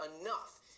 enough